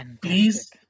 Please